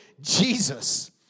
Jesus